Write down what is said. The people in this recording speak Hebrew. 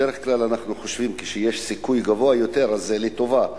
בדרך כלל אנחנו חושבים "כשיש סיכוי גבוה יותר" זה לטובה.